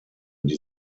die